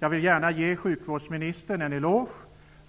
Jag vill gärna ge sjukvårdsministern en eloge,